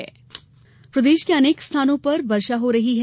मौसम प्रदेश के अनेक स्थानों पर वर्षा हो रही है